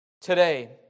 Today